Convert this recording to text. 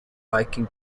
viking